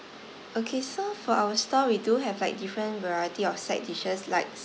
okay so for our store we do have like different variety of side dishes like